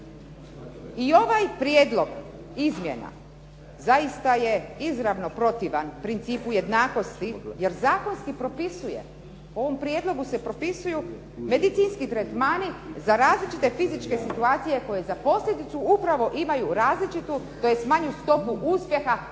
I ovaj prijedlog izmjena zaista je izravno protivan principu jednakosti, jer zakonski propisuje, u ovom prijedlogu se propisuju medicinski tretmani za različite fizičke situacije koje za posljedicu upravo imaju različitu, tj. manju stopu uspjeha